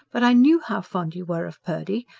but i knew how fond you were of purdy.